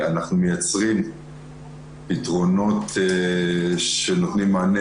אנחנו מייצרים פתרונות שנותנים מענה